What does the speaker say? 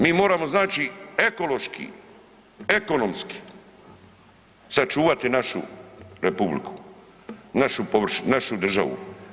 Mi moramo znači ekološki, ekonomski sačuvati našu republiku, našu državu.